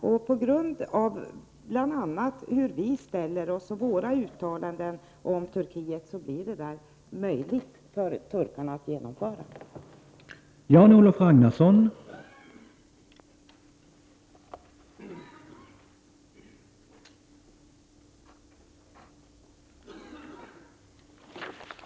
Jag vill framhålla att bl.a. våra ställningstaganden och uttalanden om Turkiet gör det möjligt för turkarna att genomföra sådana här aktioner.